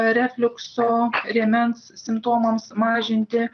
refliukso rėmens simptomams mažinti